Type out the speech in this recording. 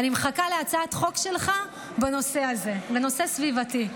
אני מחכה להצעת החוק שלך בנושא הזה, בנושא סביבתי.